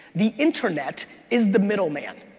the internet is the middleman,